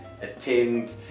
attend